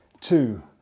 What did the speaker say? two